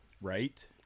right